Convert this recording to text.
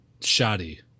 shoddy